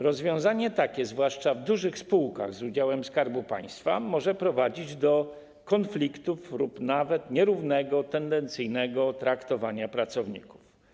Rozwiązanie takie, zwłaszcza w dużych spółkach z udziałem Skarbu Państwa, może prowadzić do konfliktów lub nawet nierównego, tendencyjnego traktowania pracowników.